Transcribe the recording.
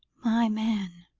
my man,